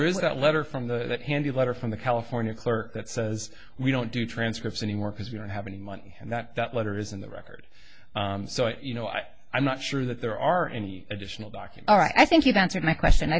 there is that letter from that handy letter from the california clerk that says we don't do transcripts anymore because we don't have any money and that that letter is in the record so i you know i i'm not sure that there are any additional docking all right i think you've answered my question